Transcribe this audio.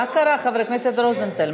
ביזיון, מה קרה, חבר הכנסת רוזנטל?